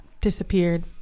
disappeared